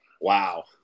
Wow